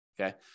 okay